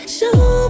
Show